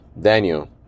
Daniel